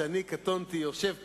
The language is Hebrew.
שינוי שיטת הממשל.